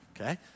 okay